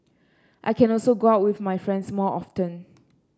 I can also go out with my friends more often